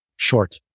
Short